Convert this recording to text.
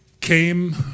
came